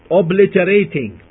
obliterating